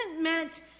meant